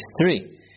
three